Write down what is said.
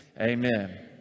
amen